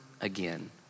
again